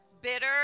bitter